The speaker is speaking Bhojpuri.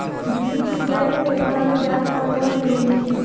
ड्रिप सिंचाई मे केतना अनुदान कहवा से मिली?